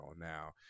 now